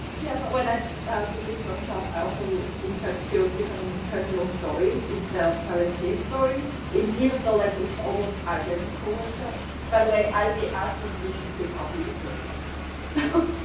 yeah but when i did this workshop i also insert a few different personal stories instead of telling his stories even though like it's almost identical workshop by the way i be asked for permission to copy his workshop so